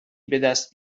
بدست